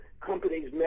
companies